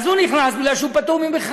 אז הוא נכנס, בגלל שהוא פטור ממכרז,